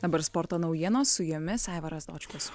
dabar sporto naujienos su jomis aivaras dočkus